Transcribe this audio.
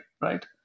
right